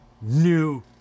new